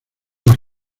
las